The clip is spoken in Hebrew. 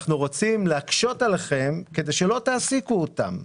אנחנו רוצים להקשות עליכם כדי שלא תעסיקו אותם.